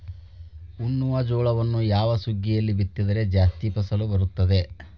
ಉಣ್ಣುವ ಜೋಳವನ್ನು ಯಾವ ಸುಗ್ಗಿಯಲ್ಲಿ ಬಿತ್ತಿದರೆ ಜಾಸ್ತಿ ಫಸಲು ಬರುತ್ತದೆ?